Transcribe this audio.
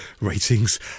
Ratings